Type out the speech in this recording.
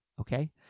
Okay